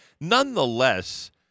Nonetheless